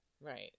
Right